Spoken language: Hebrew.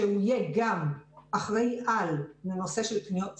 שיהיה גם אחראי על נושא של פניות ציבור,